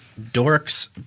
dorks